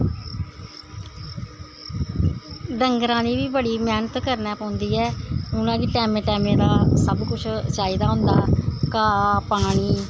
डंगरां दी बी बड़ी मैह्नत करनी पौंदी ऐ उनां गी टैमा टैमा दा सब कुछ चाहिदा होंदा घाह् पानी